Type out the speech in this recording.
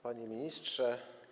Panie Ministrze!